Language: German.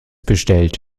bestellt